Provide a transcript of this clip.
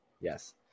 Yes